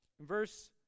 verse